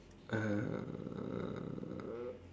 uh